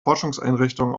forschungseinrichtung